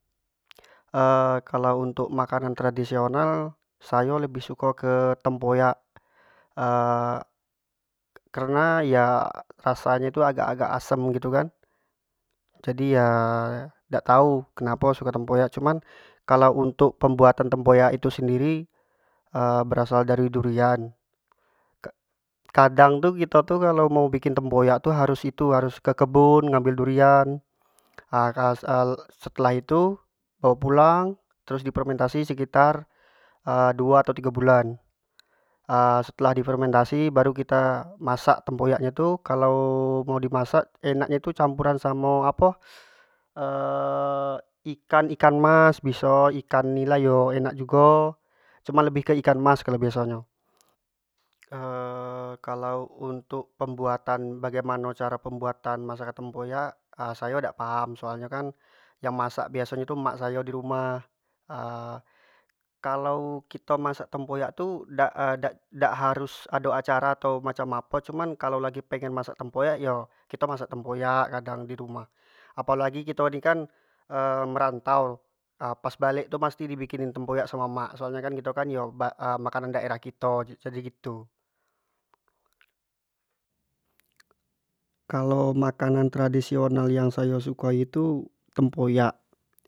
kalau untuk makanan tradisional sayo lebih suko ke tempoyak karena ya rasa nya tu agak- agak asem gitu kan jadi ya dak tau kenapo suko tempoyak cuman kalua untuk pembuatan tempoyakiu sendiri berasal dari durian kadang tu kito tu kalau mau bikin tempoyak tu harus itu harus ke kebun durian setelah itu bawa pulang terus di fermentasi sekitar duo atau tigo bulan setelah di fermentasi baru kita masak tempoyak nyo tu kalau mau di masak enak nyo tu campuran samo apo ikan- ikan mas, ikan- ikan nila enak jugo tapi lebih ke ikan mas kalo biaso nyo, kalau untuk pembuataan bagaimano caro pembuatan masakan tempoyak sayo dak paham, soal nyo kan, yang masak biaso nyo tu emak sayo di rumah kalau kito masak tempoyak tu dak- dak harus ado acara atau macam apo cuma, kalau lagi pengen masak tempoyak yo kito masak tempoyak kadang di rumah, apo lagi kito ni kan merantau pas balek tu pasti di bikin tempoyak amo emak soal nyo kito kan itu kan makanan khas daerah kito jadi gitu. kalau masakan tradisioanal yans ayo sukai itu tempoyak.